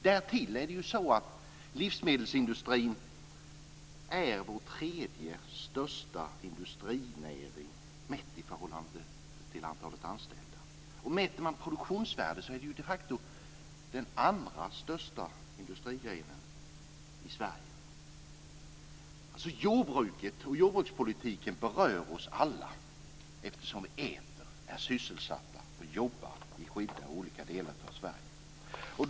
Därtill är det ju så att livsmedelsindustrin är vår tredje största industrinäring, mätt i förhållande till antalet anställda. Mäter man produktionsvärdet så är den de facto den andra största industrigrenen i Sverige. Jordbruket och jordbrukspolitiken berör oss alla eftersom vi äter, är sysselsatta och jobbar i olika delar av Sverige.